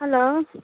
hello